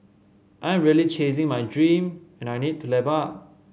I am really chasing my dream and I need to level up